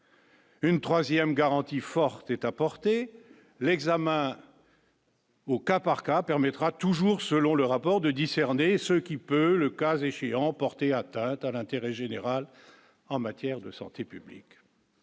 Une 3ème garantie forte est apportée l'examen. Au cas par cas permettra, toujours selon le rapport de discerner ce qui peut, le cas échéant, porter atteinte à l'intérêt général en matière de santé publique,